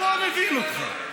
אני לא מבין אתכם.